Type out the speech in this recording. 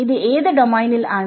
ഇത് ഏത് ഡോമൈനിൽ ആണ്